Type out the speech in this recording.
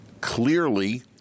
clearly